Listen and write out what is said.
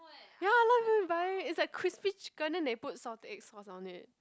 ya a lot of people been buying it's like crispy chicken then they put salted egg sauce on it